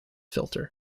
filter